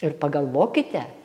ir pagalvokite